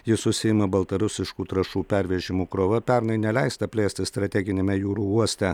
jis užsiima baltarusiškų trąšų pervežimų krova pernai neleista plėstis strateginiame jūrų uoste